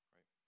Right